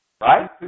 right